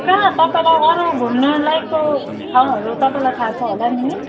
कहाँ तपाईँलाई अरू घुम्नु लायकको ठाउँहरू तपाईँलाई थाहा छ होला नि